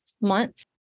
month